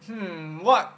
hmm what